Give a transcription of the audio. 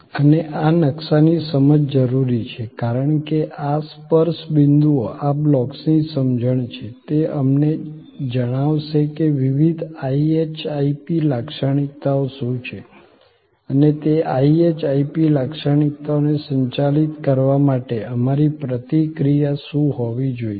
અને આ નકશાની સમજ જરૂરી છે કારણ કે આ સ્પર્શ બિન્દુઓ આ બ્લોક્સની સમજણ છે તે અમને જણાવશે કે વિવિધ IHIP લાક્ષણિકતાઓ શું છે અને તે IHIP લાક્ષણિકતાઓને સંચાલિત કરવા માટે અમારી પ્રતિક્રિયા શું હોવી જોઈએ